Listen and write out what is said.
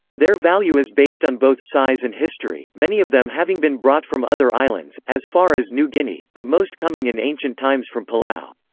their value is based on both size and history, many of them having been brought from other islands, as far as new guinea, but most coming in ancient times from palau.